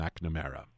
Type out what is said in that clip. McNamara